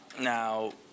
Now